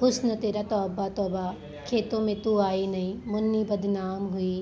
हुस्न तेरा तौबा तौबा खेतों में तू आयी नही मुन्नी बदनाम हुई